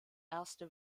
erste